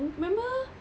remember